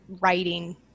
writing